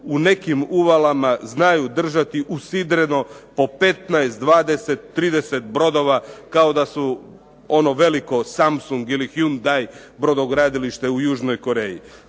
u nekim uvalama znaju držati usidreno po 15, 20, 30 brodova kao da su ono veliko, Samsung ili Hyundai brodogradilište u Južnoj Koreji.